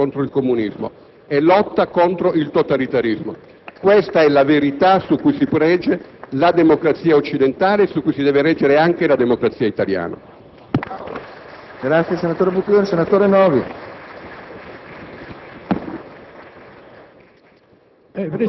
lotta contro il nazifascismo, lotta contro il comunismo e lotta contro il totalitarismo. Questa è la verità su cui si regge la democrazia occidentale e su cui si deve reggere anche la democrazia italiana.